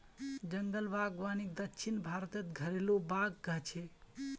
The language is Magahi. जंगल बागवानीक दक्षिण भारतत घरेलु बाग़ कह छे